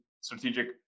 strategic